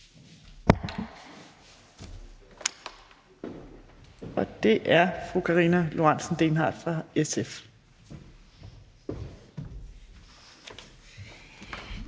og det er fru Karina Lorentzen Dehnhardt fra SF.